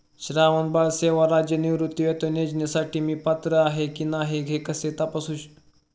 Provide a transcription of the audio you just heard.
श्रावणबाळ सेवा राज्य निवृत्तीवेतन योजनेसाठी मी पात्र आहे की नाही हे मी कसे तपासू?